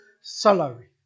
salary